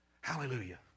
Hallelujah